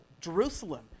Jerusalem